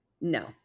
no